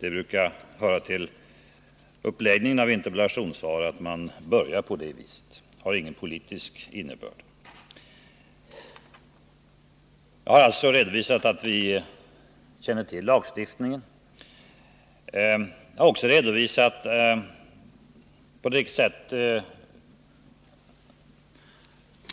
Det brukar höra till uppläggningen av interpellationssvar att man börjar på det vis som jag gjort här. Det har ingen politisk innebörd. Jag har alltså redovisat att vi känner till lagstiftningen. Jag har också redovisat på vilket sätt